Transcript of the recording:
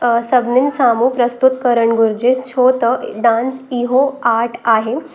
सभिनीनि साम्हूं प्रस्तुत करण घुरिजे छो त डांस इहो आट आहे